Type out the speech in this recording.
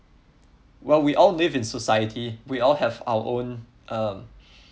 well we all live in society we have all our own um